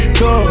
go